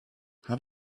have